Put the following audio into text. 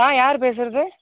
யார் பேசுகிறது